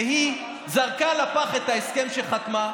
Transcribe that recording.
והיא זרקה לפח את ההסכם שחתמה,